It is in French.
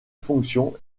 fonction